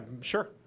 sure